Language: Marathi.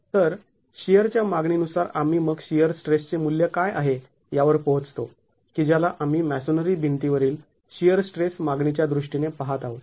तर शिअरच्या मागणी नुसार आम्ही मग शिअर स्ट्रेसचे मुल्य काय आहे यावर पोहचतो की ज्याला आम्ही मॅसोनेरी भिंती वरील शिअर स्ट्रेस मागणी च्या दृष्टीने पहात आहोत